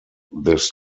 this